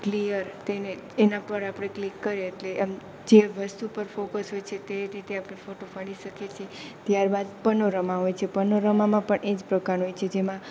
clear તેને એના પર આપણે ક્લિક કરીએ એટલે આમ જે વસ્તુ પર ફોકસ હોય છે તે રીતે આપણે ફોટો પાડી શકીએ છીએ ત્યારબાદ પનોરમા હોય છે પનોરમામાં પણ એ જ પ્રકારનો હોય છે જેમાં